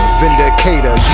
vindicator